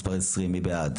מי בעד